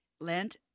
Lent